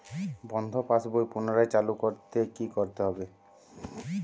বন্ধ পাশ বই পুনরায় চালু করতে কি করতে হবে?